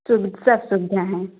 सुवि सब सुविधा हैं